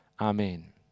Amen